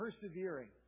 persevering